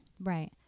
Right